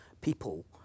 people